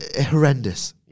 Horrendous